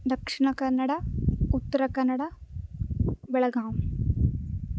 Dakshina Kannada Uttara Kannada Belgaum